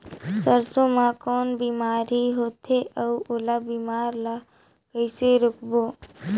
सरसो मा कौन बीमारी होथे अउ ओला बीमारी ला कइसे रोकबो?